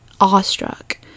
awestruck